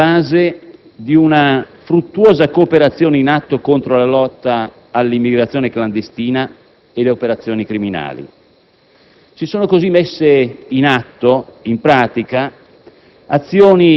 anche sulla base di una fruttuosa cooperazione in atto contro la lotta all'immigrazione clandestina e le operazioni criminali. Si sono così messe in pratica